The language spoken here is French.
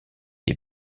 des